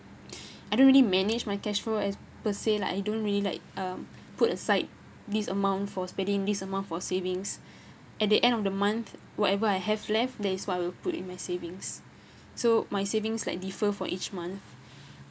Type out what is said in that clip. I don't really manage my cash flow as per se like I don't really like um put aside this amount for spending this amount for savings at the end of the month whatever I have left that is what I'll put in my savings so my savings like differ for each month